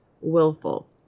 Willful